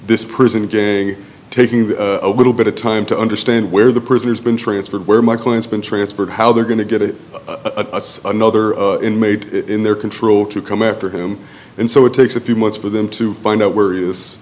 this prison gang taking the little bit of time to understand where the person has been transferred where my client's been transferred how they're going to get a another inmate in their control to come after him and so it takes a few months for them to find out where he is